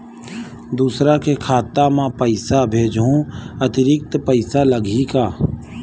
दूसरा के खाता म पईसा भेजहूँ अतिरिक्त पईसा लगही का?